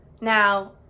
Now